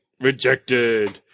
rejected